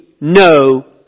No